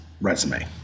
resume